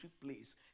place